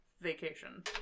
vacation